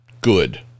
good